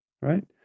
right